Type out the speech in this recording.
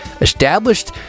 established